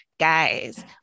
Guys